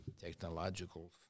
technological